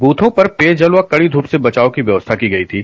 बूथों पर पेयजल और कड़ी धूप से बचाव की व्यवस्था की गयी थी